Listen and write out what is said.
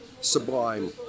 sublime